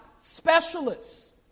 specialists